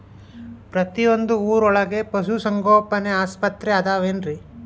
ಪ್ರತಿಯೊಂದು ಊರೊಳಗೆ ಪಶುಸಂಗೋಪನೆ ಆಸ್ಪತ್ರೆ ಅದವೇನ್ರಿ?